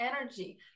energy